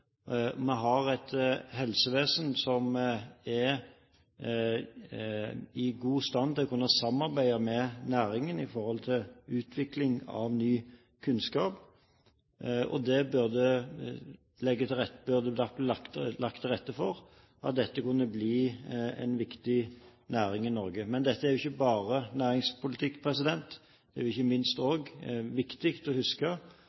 vi har et helsevesen som er i god stand til å kunne samarbeide med næringen når det gjelder utvikling av ny kunnskap. Det burde vært lagt til rette for at dette kunne bli en viktig næring i Norge. Men dette er ikke bare næringspolitikk. Det er ikke minst også viktig å huske